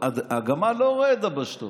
הגמל לא רואה את דבשתו.